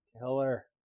killer